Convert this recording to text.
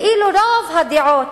ואילו רוב הדעות